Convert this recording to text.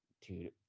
Dude